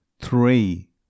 three